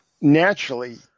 naturally